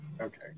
Okay